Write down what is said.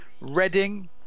Reading